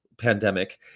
pandemic